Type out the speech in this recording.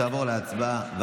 התשפ"ג 2022,